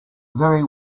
very